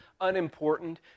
unimportant